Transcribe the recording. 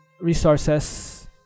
resources